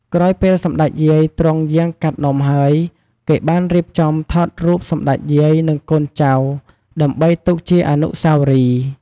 ក្រោយពេលសម្តេចយាយទ្រង់យាងកាត់នំហើយគេបានរៀបចំថតរូបសម្តេចយាយនិងកូនចៅដើម្បីទុកជាអនុស្សាវរីយ៏។